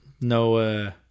No